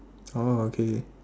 oh okay